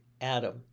Adam